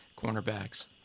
cornerbacks